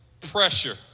pressure